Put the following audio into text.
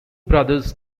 brothers